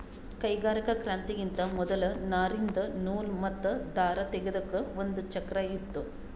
ಕೈಗಾರಿಕಾ ಕ್ರಾಂತಿಗಿಂತಾ ಮೊದಲ್ ನಾರಿಂದ್ ನೂಲ್ ಮತ್ತ್ ದಾರ ತೇಗೆದಕ್ ಒಂದ್ ಚಕ್ರಾ ಇತ್ತು